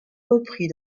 repris